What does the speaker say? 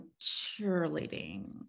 cheerleading